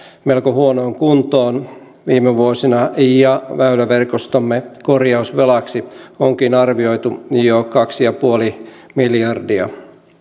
melko huonoon kuntoon viime vuosina ja väyläverkostomme korjausvelaksi onkin arvioitu jo kaksi pilkku viisi miljardia